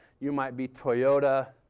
you might be toyota,